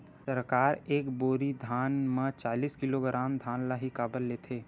सरकार एक बोरी धान म चालीस किलोग्राम धान ल ही काबर लेथे?